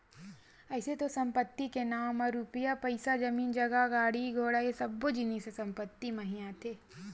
अइसे तो संपत्ति के नांव म रुपया पइसा, जमीन जगा, गाड़ी घोड़ा ये सब्बो जिनिस ह संपत्ति म ही आथे